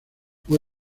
fue